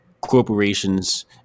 corporations